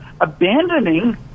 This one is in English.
abandoning